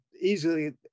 easily